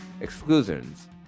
exclusions